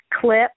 clip